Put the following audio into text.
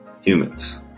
Humans